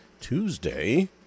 Tuesday